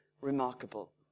remarkable